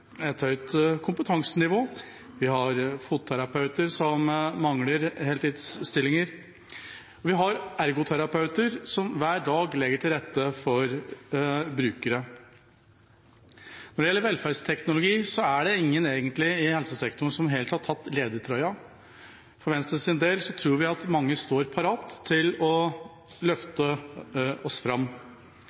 et høyt kompetansenivå. Vi har fotterapeuter som mangler heltidsstillinger. Vi har ergoterapeuter som hver dag legger til rette for brukere. Når det gjelder velferdsteknologi, er det egentlig ingen i helsesektoren som helt har tatt ledertrøya. For Venstres del tror vi at mange står parat til å løfte oss fram.